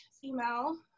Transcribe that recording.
female